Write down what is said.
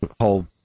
whole